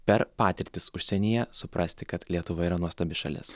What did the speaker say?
per patirtis užsienyje suprasti kad lietuva yra nuostabi šalis